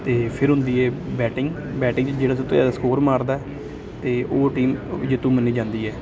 ਅਤੇ ਫਿਰ ਹੁੰਦੀ ਹੈ ਬੈਟਿੰਗ ਬੈਟਿੰਗ ਵਿੱਚ ਜਿਹੜਾ ਸਭ ਤੋਂ ਜ਼ਿਆਦਾ ਸਕੋਰ ਮਾਰਦਾ ਅਤੇ ਉਹ ਟੀਮ ਜੇਤੂ ਮੰਨੀ ਜਾਂਦੀ ਹੈ